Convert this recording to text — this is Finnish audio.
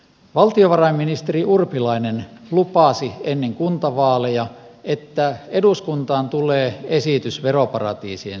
valtiovarainministeri urpilainen lupasi ennen kuntavaaleja että eduskuntaan tulee esitys veroparatiisien suitsimiseksi